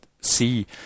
see